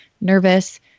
nervous